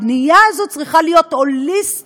הבנייה הזאת צריכה להיות הוליסטית.